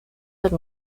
del